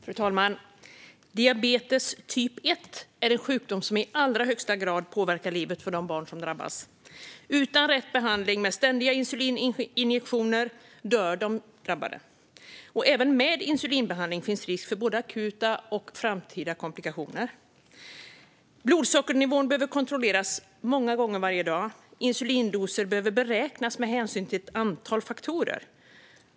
Fru talman! Diabetes typ 1 är en sjukdom som i allra högsta grad påverkar livet för de barn som drabbas. Utan rätt behandling med ständiga insulininjektioner dör de drabbade. Även med insulinbehandling finns risk för både akuta och framtida komplikationer. Blodsockernivån behöver kontrolleras många gånger varje dag. Insulindoser behöver beräknas med hänsyn till ett antal faktorer.